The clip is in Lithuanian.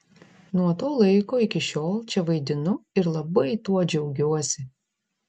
nuo to laiko iki šiol čia vaidinu ir labai tuo džiaugiuosi